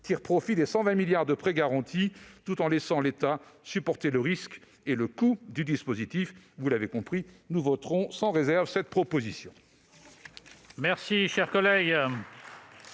tire profit des 120 milliards d'euros de prêts garantis tout en laissant l'État supporter le risque et le coût du dispositif. Vous l'aurez compris, nous voterons sans réserve cette proposition